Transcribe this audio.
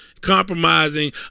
compromising